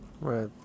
Right